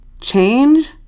change